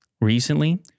recently